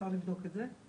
אפשר לבדוק את זה,